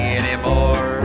anymore